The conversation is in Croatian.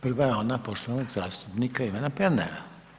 Prva je ona poštovanog zastupnika Ivana Pernara.